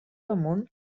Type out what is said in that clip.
damunt